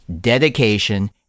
dedication